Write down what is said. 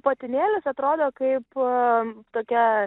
patinėlis atrodo kaipo tokia